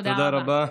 תודה רבה.